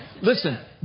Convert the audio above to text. Listen